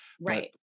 Right